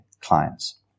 clients